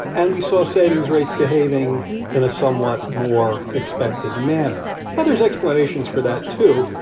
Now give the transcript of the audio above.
and we saw savings rates behaving in a somewhat more expected manner. now, there's explanations for that too.